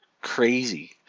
crazy